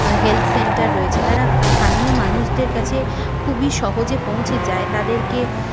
health centre রয়েছে তারা স্থানীয় মানুষদের কাছে খুবই সহজে পৌঁছে যায় তাদেরকে